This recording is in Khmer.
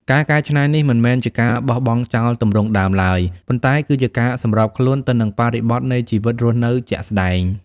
ការកែច្នៃនេះមិនមែនជាការបោះបង់ចោលទម្រង់ដើមឡើយ ប៉ុន្តែគឺជាការសម្របខ្លួនទៅនឹងបរិបទនៃជីវិតរស់នៅជាក់ស្ដែង។